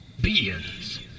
beings